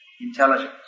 intelligence